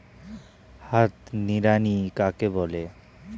হাত নিড়ানি কাকে বলে?